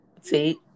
See